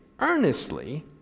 earnestly